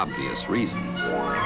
obvious reasons o